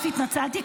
התנצלתי,